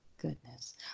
goodness